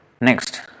Next